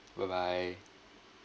okay bye bye